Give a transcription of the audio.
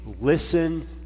listen